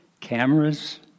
cameras